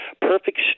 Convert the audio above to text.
perfect